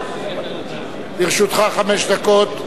לרשותך חמש דקות.